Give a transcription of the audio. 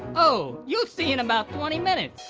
oh, you'll see in about twenty minutes.